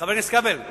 חבר הכנסת כבל,